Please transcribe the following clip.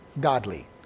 godly